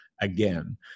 again